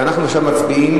אנחנו עכשיו מצביעים,